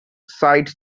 sides